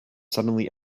suddenly